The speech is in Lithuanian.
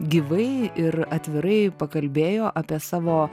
gyvai ir atvirai pakalbėjo apie savo